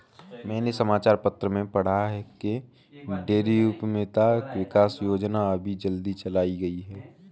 मैंने समाचार पत्र में पढ़ा की डेयरी उधमिता विकास योजना अभी जल्दी चलाई गई है